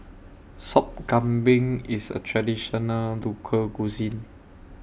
Sop Kambing IS A Traditional Local Cuisine